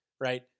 right